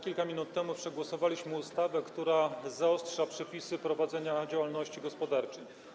Kilka minut temu przegłosowaliśmy ustawę, która zaostrza przepisy dotyczące prowadzenia działalności gospodarczej.